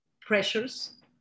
pressures